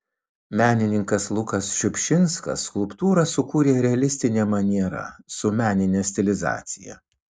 menininkas lukas šiupšinskas skulptūrą sukūrė realistine maniera su menine stilizacija